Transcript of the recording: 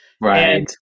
Right